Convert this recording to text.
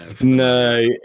no